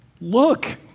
Look